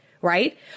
right